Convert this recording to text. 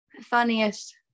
funniest